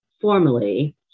formally